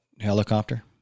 helicopter